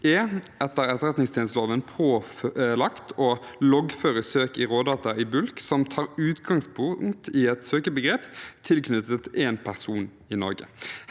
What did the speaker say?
etter etterretningstjenesteloven er pålagt å loggføre søk i rådata i bulk som tar utgangspunkt i et søkebegrep tilknyttet en person i Norge.